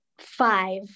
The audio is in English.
five